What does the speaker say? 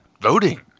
voting